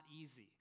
easy